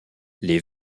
les